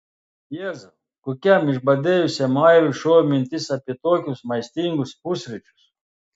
jėzau kokiam išbadėjusiam airiui šovė mintis apie tokius maistingus pusryčius